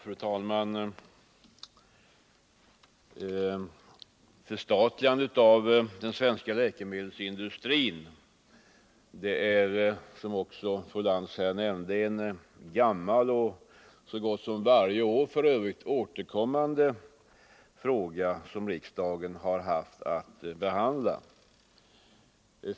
Fru talman! Ett förstatligande av den svenska läkemedelsindustrin är, som också fru Lantz nämnde, en gammal och så gott som varje år återkommande fråga i riksdagen.